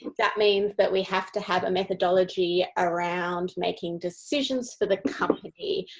that means that we have to have a methodology around making decisions for the company,